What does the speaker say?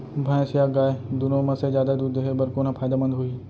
भैंस या गाय दुनो म से जादा दूध देहे बर कोन ह फायदामंद होही?